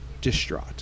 distraught